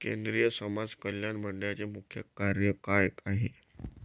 केंद्रिय समाज कल्याण मंडळाचे मुख्य कार्य काय आहे?